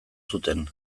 zuten